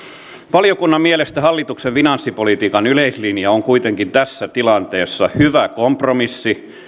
valiokunnan mielestä hallituksen finanssipolitiikan yleislinja on kuitenkin tässä tilanteessa hyvä kompromissi